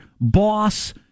boss